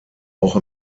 auch